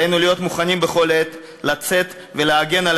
עלינו להיות מוכנים בכל עת לצאת ולהגן על